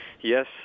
yes